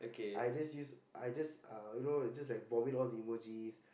I just use I just uh you know just like vomit all the emojis